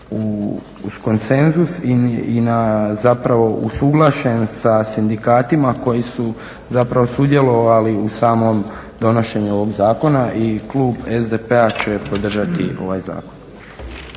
uz konsenzus i na, zapravo usuglašen se sa sindikatima koji su zapravo sudjelovali u samom donošenju ovog zakona i klub SDP-a će podržati ovaj zakon.